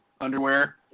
Underwear